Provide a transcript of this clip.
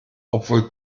obwohl